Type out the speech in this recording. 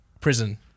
Prison